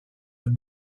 when